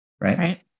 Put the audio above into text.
right